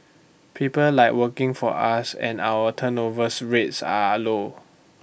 people like working for us and our turnovers rates are low